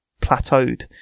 plateaued